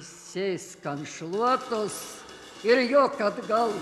sėsk ant šluotos ir jok atgal